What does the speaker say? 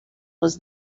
was